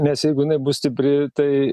nes jeigu jinai bus stipri tai